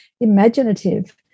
imaginative